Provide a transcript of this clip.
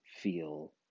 feel